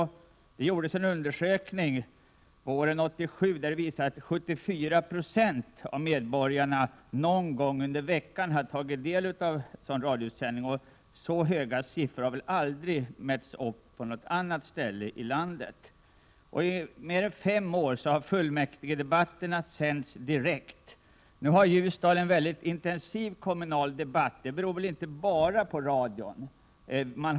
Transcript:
Våren 1987 gjordes en undersökning som visade att 74 20 av medborgarna någon gång under veckan hade tagit del av sådana radiosändningar. Så höga siffror har nog aldrig mätts upp på någon annan ort i landet. I mer än fem år har fullmäktigedebatterna sänts direkt. Nu har ju Ljusdal en mycket intensiv kommunal debatt, vilket väl inte bara är radions förtjänst.